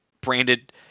branded